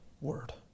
word